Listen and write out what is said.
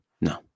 No